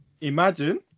Imagine